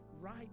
right